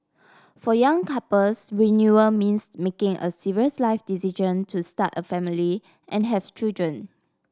for young couples renewal means making a serious life decision to start a family and have children